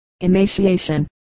emaciation